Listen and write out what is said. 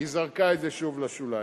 היא זרקה את זה שוב לשוליים.